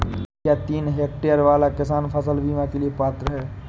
क्या तीन हेक्टेयर वाला किसान फसल बीमा के लिए पात्र हैं?